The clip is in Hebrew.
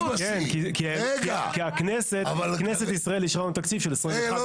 כן, כי כנסת ישראל אישרה לנו תקציב של 21 מיליון.